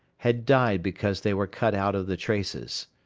had died because they were cut out of the traces.